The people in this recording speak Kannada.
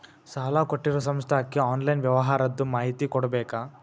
ಸಾಲಾ ಕೊಟ್ಟಿರೋ ಸಂಸ್ಥಾಕ್ಕೆ ಆನ್ಲೈನ್ ವ್ಯವಹಾರದ್ದು ಮಾಹಿತಿ ಕೊಡಬೇಕಾ?